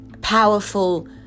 powerful